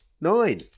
Nine